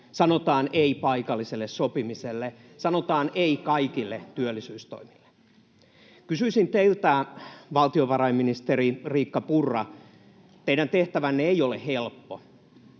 sanotaan ”ei” paikalliselle sopimiselle, sanotaan ”ei” kaikille työllisyystoimille. Kysyisin teiltä, valtiovarainministeri Riikka Purra: Teidän tehtävänne ei ole helppo.